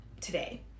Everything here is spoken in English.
today